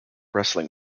wrestling